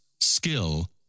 skill